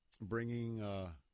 Bringing